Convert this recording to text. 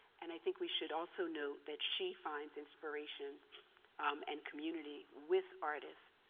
and i think we should also note that she finds inspiration and community with artists.